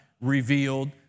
revealed